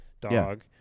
dog